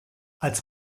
als